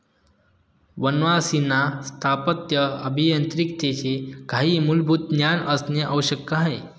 वनवासींना स्थापत्य अभियांत्रिकीचे काही मूलभूत ज्ञान असणे आवश्यक आहे